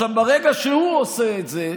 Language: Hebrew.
ברגע שהוא עושה את זה,